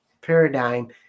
paradigm